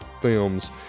films